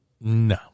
no